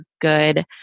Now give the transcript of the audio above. good